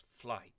flight